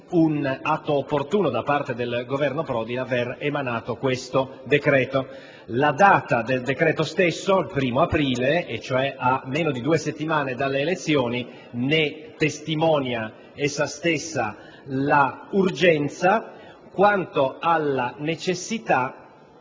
un atto opportuno da parte del Governo Prodi l'aver emanato questo decreto. La data del decreto stesso, il 1° aprile e cioè a meno di due settimane dalle elezioni, testimonia essa stessa l'urgenza. Quanto alla necessità,